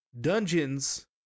dungeons